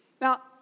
Now